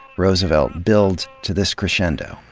roosevelt builds to this crescendo